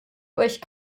euch